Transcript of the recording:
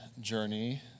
journey